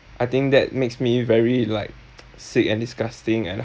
I think that makes me very like sick and disgusting and